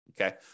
okay